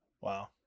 Wow